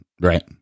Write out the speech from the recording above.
right